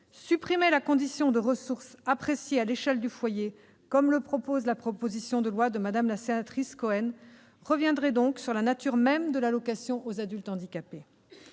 supprimer la condition de ressource appréciée à l'échelle du foyer, comme le prévoit la proposition de loi de Mme la sénatrice Cohen, reviendrait donc sur la nature même de l'allocation aux adultes handicapés.